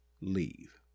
leave